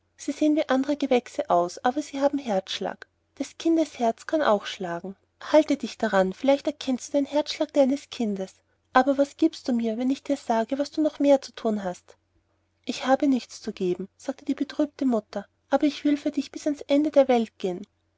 sie sehen wie andere gewächse aus aber sie haben herzschlag des kindes herz kann auch schlagen halte dich daran vielleicht erkennst du den herzschlag deines kindes aber was giebst du mir wenn ich dir sage was du noch mehr zu thun hast ich habe nichts zu geben sagte die betrübte mutter aber ich will für dich bis ans ende der welt gehen